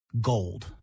gold